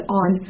on